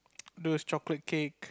those chocolate cake